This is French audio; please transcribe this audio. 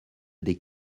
des